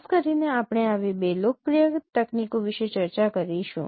ખાસ કરીને આપણે આવી બે લોકપ્રિય તકનીકો વિશે ચર્ચા કરીશું